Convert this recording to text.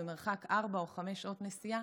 במרחק ארבע או חמש שעות נסיעה,